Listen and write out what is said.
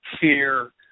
fear